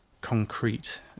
concrete